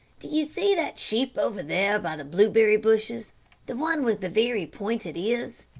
do you see that sheep over there by the blueberry bushes the one with the very pointed ears?